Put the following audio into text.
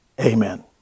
Amen